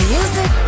Music